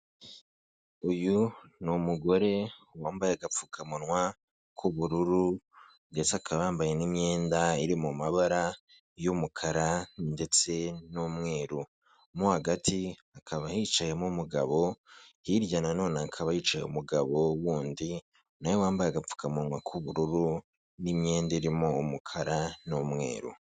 Uyu ni umugore wambaye agapfukamunwa k'ubururu ndetse akaba yambaye n'imyenda iri mu mabara y'umukara ndetse n'umweru, mu hagati hakaba hicayemo umugabo hirya na none hakaba hicaye umugabo w'undi na we wambaye agapfukamunwa k'ubururu n'imyenda irimo umukara n'umweru.